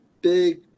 big